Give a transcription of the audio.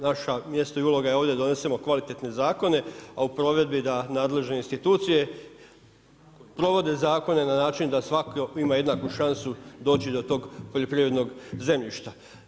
Naša mjesto i uloga je ovdje da donesemo kvalitetne zakone, a u provedbi da nadležne institucije provode zakone na način da svatko ima jednaku šansu doći do tog poljoprivrednog zemljišta.